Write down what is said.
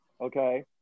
okay